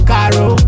Caro